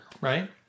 right